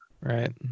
Right